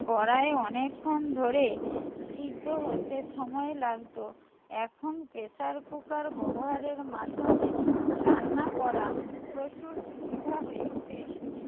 কড়াইয়ে অনেকক্ষণ ধরে সিদ্ধ হতে সময় লাগতো এখন প্রেশার কুকার ব্যবহারের মাধ্যমে রান্না করা প্রচুর সুবিধা হয়েছে